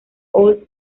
all